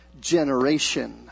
generation